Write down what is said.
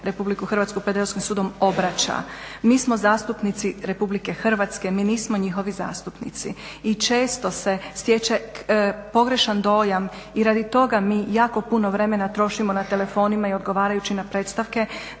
tužiti RH pred Europskim sudom obraća. Mi smo zastupnici RH, mi nismo njihovi zastupnici i često se stječe pogrešan dojam i radi toga mi jako puno vremena trošimo na telefonima i odgovarajući na predstavke,